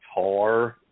Tar